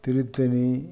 Tiruttani